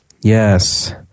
Yes